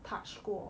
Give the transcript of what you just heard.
touch 过